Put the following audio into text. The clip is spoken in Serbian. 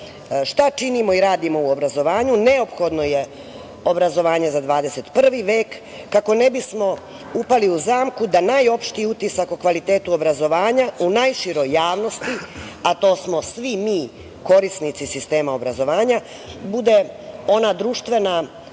šta činimo i radimo u obrazovanju neophodno je obrazovanje za 21. vek kako ne bismo upali u zamku da najopštiji utisak o kvalitetu obrazovanja u najširoj javnosti, a to smo svi mi korisnici sistema obrazovanja, bude ona društvena